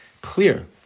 clear